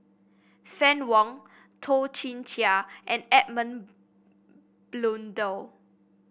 Fann Wong Toh Chin Chye and Edmund Blundell